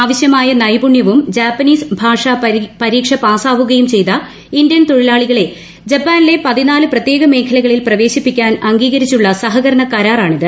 ആവശ്യമായ നൈപുണ്യവും ജാപ്പനീസ് ഭാഷ പരീക്ഷ പാസാവുകയും ചെയ്ത ഇന്ത്യൻ തൊഴിലാളികളെ ജപ്പാനിലെ പതിനാല് പ്രത്യേക മേഖലകളിൽ പ്രവേശിപ്പിക്കാൻ അംഗീകരിച്ചുള്ള സഹകരണ കരാർ ആണിത്